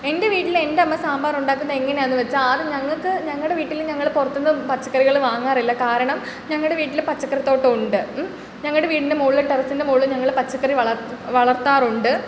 എൻ്റെ വീട്ടിൽ എൻ്റമ്മ സാമ്പാറുണ്ടാക്കുന്നത് എങ്ങനെയാന്ന് വെച്ചാൽ ആദ്യം ഞങ്ങക്ക് ഞങ്ങടെ വീട്ടിൽ ഞങ്ങൾ പുറത്തൂന്ന് പച്ചക്കറികൾ വാങ്ങാറില്ല കാരണം ഞങ്ങടെ വീട്ടിൽ പച്ചക്കറി തോട്ടം ഉണ്ട് ഞങ്ങടെ വീടിൻ്റെ മുകളിൽ ടെറസിൻ്റെ മോളിൽ ഞങ്ങൾ പച്ചക്കറി വളർത്തും വളർത്താറുണ്ട്